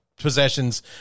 possessions